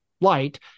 light